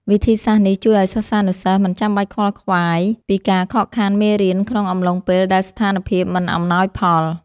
វិធីសាស្ត្រនេះជួយឱ្យសិស្សានុសិស្សមិនចាំបាច់ខ្វល់ខ្វាយពីការខកខានមេរៀនក្នុងអំឡុងពេលដែលស្ថានភាពមិនអំណោយផល។